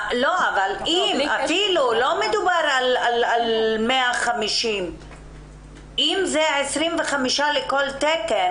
לא מדובר על 150. אם זה 25 לכל תקן